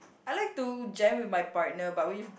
I like to jam with my partner but we